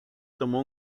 tomó